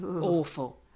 Awful